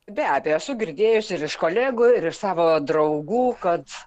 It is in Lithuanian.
be abejo esu girdėjusi ir iš kolegų ir iš savo draugų kad